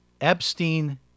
Epstein